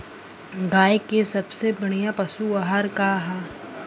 गाय के सबसे बढ़िया पशु आहार का ह?